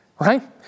Right